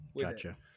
Gotcha